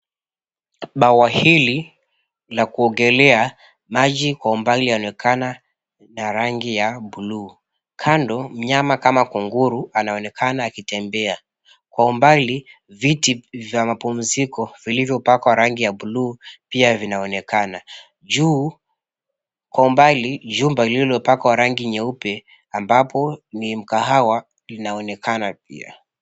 Bwawa hili la kuogelea maji kwa umbali yaonekana ya rangi ya buluu. Kando, mnyama kama kunguru anaonekana akitembea. Kwa umbali viti za mapumziko vilivyopakwa rangi ya buluu pia vinaonekana. Juu, kwa umbali jumba lililopakwa rangi nyeupe ambapo ni mkahawa linaonekana pia.